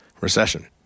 recession